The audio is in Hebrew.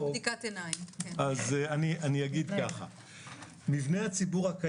אני אגיד רק לחברי הכנסת שעוד לא נתקלו בנו מספיק,